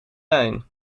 lijn